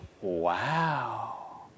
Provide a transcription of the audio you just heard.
Wow